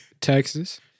Texas